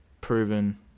proven